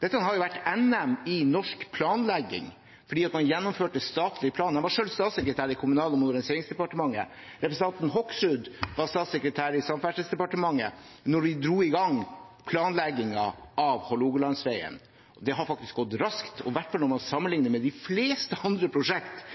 Dette har jo vært NM i norsk planlegging, for man gjennomførte statlig plan. Jeg var selv statssekretær i Kommunal- og moderniseringsdepartementet, og representanten Hoksrud var statssekretær i Samferdselsdepartementet da vi dro i gang planleggingen av Hålogalandsveien. Det har faktisk gått raskt, i hvert fall når man sammenligner med de fleste andre prosjekter vi har i Norge, så her burde Arbeiderpartiet forholde seg til fakta. Ja, dette er et kjempeviktig prosjekt,